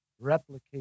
replicate